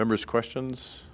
members questions